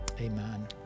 amen